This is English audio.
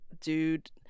dude